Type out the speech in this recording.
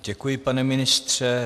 Děkuji, pane ministře.